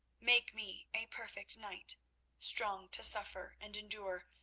make me a perfect knight strong to suffer and endure,